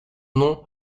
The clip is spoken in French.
nom